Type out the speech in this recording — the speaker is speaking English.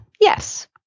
Yes